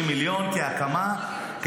אבל מדברים פה על 30 מיליון שקל להקמה.